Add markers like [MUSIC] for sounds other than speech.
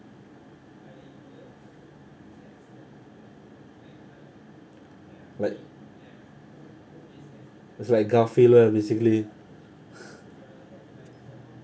like it's like garfield lah basically [BREATH]